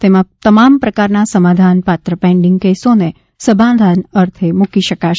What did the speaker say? તેમાં તમામ પ્રકારના સમાધાનપાત્ર પેન્ડિંગ કેસોને સમાધાન અર્થે મૂકી શકાશે